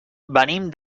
venim